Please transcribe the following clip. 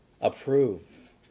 approve